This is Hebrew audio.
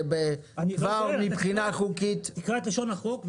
שכבר מבחינה חוקית --- תקרא את לשון החוק,